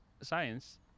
science